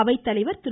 அவைத்தலைவர் திரு